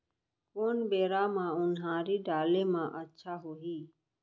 कोन बेरा म उनहारी डाले म अच्छा होही?